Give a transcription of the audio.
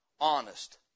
Honest